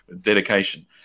dedication